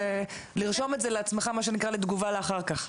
אז לרשום את זה לעצמך לתגובה לאחר כך.